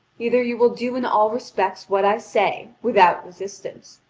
either you will do in all respects what i say, without resistance,